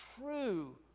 true